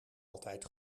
altijd